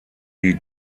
die